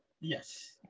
Yes